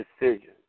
decision